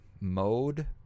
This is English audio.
mode